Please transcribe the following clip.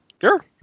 Sure